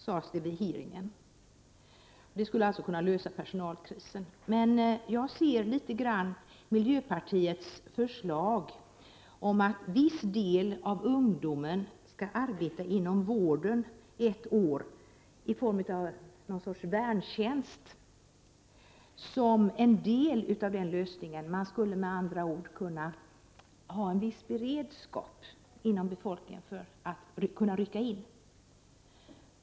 Förlängd arbetstid skulle alltså kunna lösa personalkrisen. Jag ser miljöpartiets förslag om att en viss del av ungdomen skall arbeta inom vården ett år i form av ett slags värntjänst som en del av lösningen. Man skulle med andra ord kunna ha en viss beredskap i befolkningen som skulle kunna rycka in.